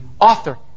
author